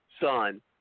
son